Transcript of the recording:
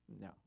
No